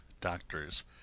doctors